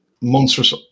monstrous